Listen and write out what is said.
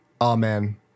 Amen